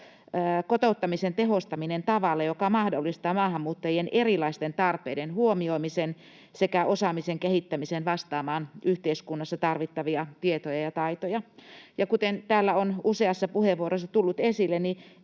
kotouttamisen tehostaminen tavalla, joka mahdollistaa maahanmuuttajien erilaisten tarpeiden huomioimisen sekä osaamisen kehittämisen vastaamaan yhteiskunnassa tarvittavia tietoja ja taitoja. Ja kuten täällä on useassa puheenvuorossa tullut esille,